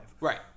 Right